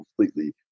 completely